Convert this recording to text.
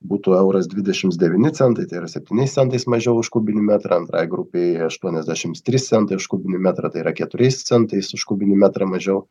būtų euras dvidešims devyni centai tai yra septyniais centais mažiau už kubinį metrą antrai grupei aštuoniasdešims trys centai už kubinį metrą tai yra keturiais centais už kubinį metrą mažiau